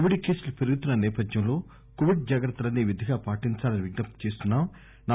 Covid కేసులు పెరుగుతున్న నేపథ్యంలో కోవిడ్ జాగ్రత్తలన్నీ విధిగా పాటిందాలని విజ్ఞప్తి చేస్తున్నాం